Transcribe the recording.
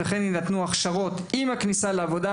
גם הכשרות לצוותים לכל אורך התפקיד.